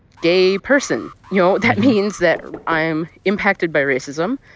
gay person. you know, that means that i'm impacted by racism.